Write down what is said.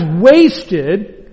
wasted